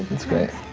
that's great.